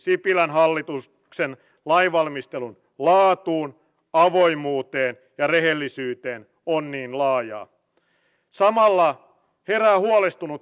siellä laitetaan nämä yksinäiset miehet kontteihin ja perheet ainoastaan sijoitetaan sinne